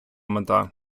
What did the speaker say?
мета